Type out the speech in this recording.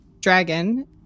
dragon